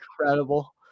incredible